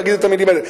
להגיד את המלים האלה.